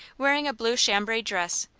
wearing a blue chambray dress,